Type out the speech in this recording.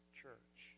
church